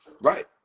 right